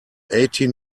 eighteen